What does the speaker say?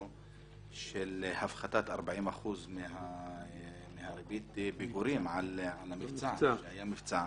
של הפחתת 40% מריבית הפיגורים כשהיה מבצע.